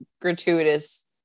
gratuitous